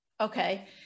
Okay